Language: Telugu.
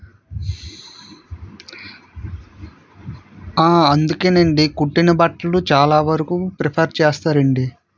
ఆ అందుకేనండి కుట్టిన బట్టలు చాలా వరకు ప్రిఫర్ చేస్తారండి